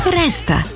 resta